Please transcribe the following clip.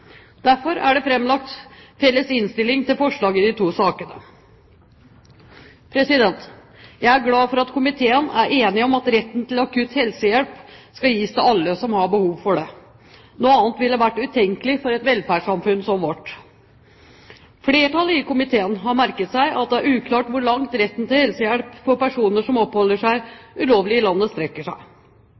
derfor framlagt felles innstilling til forslag i de to sakene. Jeg er glad for at komiteens medlemmer er enige om at retten til akutt helsehjelp skal gis til alle som har behov for det. Noe annet ville være utenkelig for et velferdssamfunn som vårt. Flertallet i komiteen har merket seg at det er uklart hvor langt retten til helsehjelp for personer som oppholder seg ulovlig i landet, strekker seg.